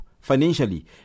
financially